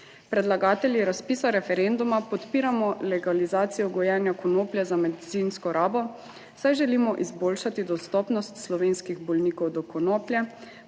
Predlagatelji razpisa referenduma podpiramo legalizacijo gojenja konoplje za medicinsko rabo, saj želimo izboljšati dostopnost slovenskih bolnikov do konoplje,